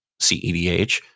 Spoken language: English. CEDH